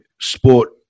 sport